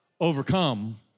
overcome